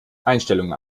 einstellungen